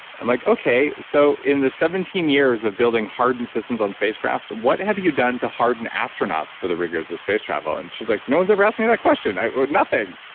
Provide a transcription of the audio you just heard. i'm like, okay, so in the seventeen years of building hardened systems on spacecrafts, what have you done to harden astronauts for the rigors of space travel? and she's like, no one's ever asked me that question, nothing.